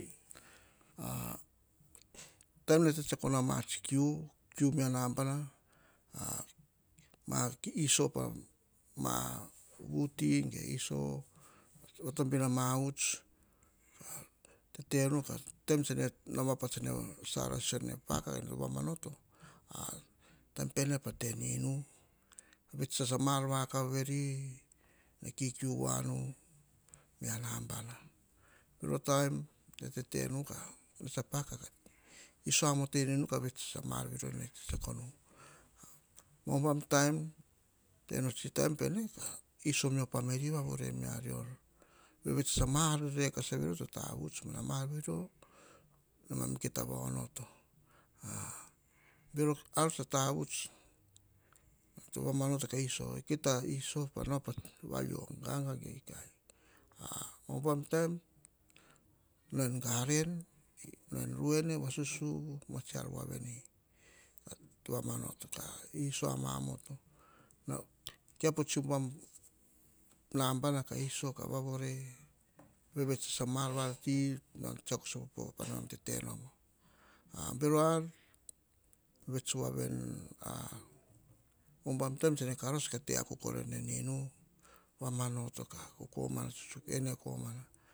Taim ene tsi tsiako no ma tsi kiu, kiu me nambana, ma iso pa ma vu ti, ge iso pa vatobi ra ma uts, tete nuu. Taim tse ne sara sisio no eng to paka ka vama noto, taim pene pa te en inu, vets sasa mar vakav veri, kikiu wa nu, mis nambana. Bero taim, ne tete nu ka, paka tsuk a mar ne tsi tsiako nu. Umbam taim, teno tsi taim peng ka iso me oh pameli vavore me a ruer. Vevets a ma rekasa to tavuts, ne mam kia ta va onoto bero ar tsa tavuts, vama noto ka iso ti, kia ta iso ka na ka va viu ganga ge ikai. Umbam taim, nau garen, en ru weine, vasusuvu, iso ama moto, kiap tsi, umbam nambana ka iso ka va vore, vevets a mar voroti tsiako so po pa na tete nom. Bero ar, vets wa ve ni, umbam taim ne karaus ka tete akuk wei nu en inu pene komana.